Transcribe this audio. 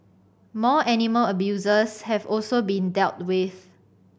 more animal abusers have also been dealt with